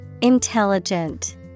Intelligent